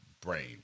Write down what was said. brain